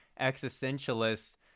existentialists